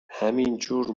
همینجور